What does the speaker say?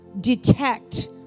detect